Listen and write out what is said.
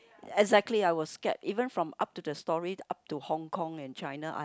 exactly I was scared even from up to the stories up to Hong Kong and China I've